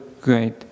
great